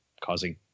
causing